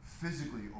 physically